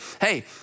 hey